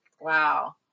Wow